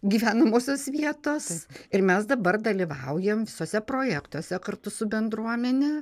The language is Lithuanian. gyvenamosios vietos ir mes dabar dalyvaujam visuose projektuose kartu su bendruomene